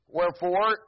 Wherefore